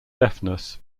deafness